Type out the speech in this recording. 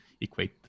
equate